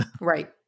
right